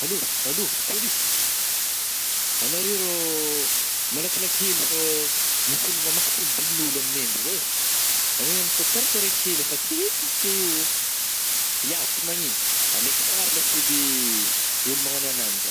Allô, allô, pôlisy? Agnareo rô malakilaky hely fô misy ôlo mamaky tômbilign'ôlo amignay ndrô eh, agnare ko tarataraiky hely efa tsy hita izy ke io oh. Yah tsy magnino, alaiko sary lesy bebe eh, olo magnao ananjy ah.